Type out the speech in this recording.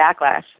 backlash